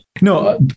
No